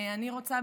אני רוצה,